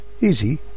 easy